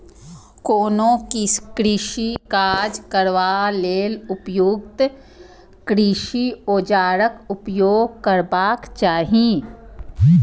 कोनो कृषि काज करबा लेल उपयुक्त कृषि औजारक उपयोग करबाक चाही